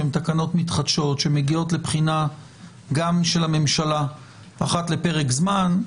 שהן תקנות מתחדשות שמגיעות לבחינה גם של הממשלה אחת לפרק זמן,